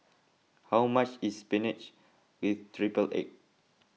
how much is Spinach with Triple Egg